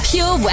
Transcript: Pure